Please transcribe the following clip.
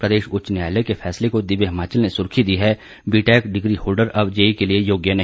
प्रदेश उच्च न्यायालय के फैसले को दिव्य हिमाचल ने सुर्खी दी है बीटेक डिग्री होल्डर अब जेई के लिए योग्य नहीं